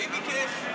מי ביקש?